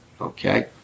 okay